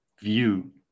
view